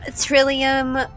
Trillium